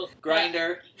Grinder